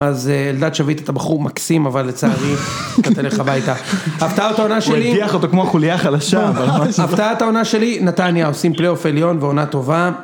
אז אלדד שביט אתה בחור מקסים, אבל לצערי אתה תלך הביתה. הפתעת העונה שלי... הוא הדיח אותו כמו חולייה חלשה אבל... הפתעת העונה שלי נתניה, עושים פליופ אליון ועונה טובה.